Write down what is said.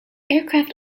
aircraft